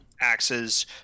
axes